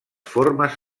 formes